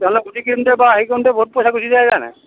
তেনেহ'লে গুটি কিনোতে বা হেৰি কৰোঁতে বহুত পইচা গুচি যায়গৈনে